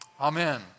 Amen